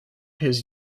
his